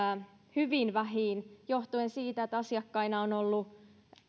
hyvin vähiin johtuen siitä että asiakkaina on ollut